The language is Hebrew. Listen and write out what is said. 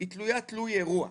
היא תלויה תלוי אירוע.